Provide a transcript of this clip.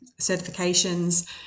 certifications